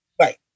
right